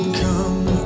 come